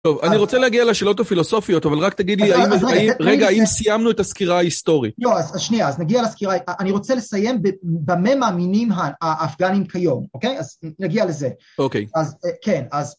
טוב, אני רוצה להגיע לשאלות הפילוסופיות, אבל רק תגיד לי, רגע, האם סיימנו את הסקירה ההיסטורית? לא, אז שנייה, אז נגיע לסקירה, אני רוצה לסיים במה מאמינים האפגנים כיום, אוקיי? אז נגיע לזה. אוקיי. אז כן, אז...